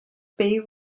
bay